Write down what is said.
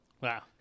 Wow